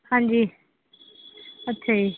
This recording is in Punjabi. ਹਾਂਜੀ ਅੱਛਾ ਜੀ